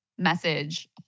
Message